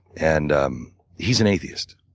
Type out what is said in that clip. and um he's an atheist.